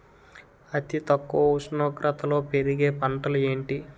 అతి తక్కువ ఉష్ణోగ్రతలో పెరిగే పంటలు ఏంటి?